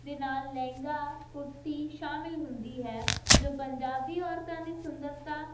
ਦੇ ਨਾਲ ਲਹਿੰਗਾ ਕੁੜਤੀ ਸ਼ਾਮਲ ਹੁੰਦੀ ਹੈ ਜੋ ਪੰਜਾਬੀ ਔਰਤਾਂ ਦੀ ਸੁੰਦਰਤਾ